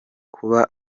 kuba